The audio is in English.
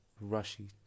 rushy